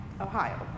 Ohio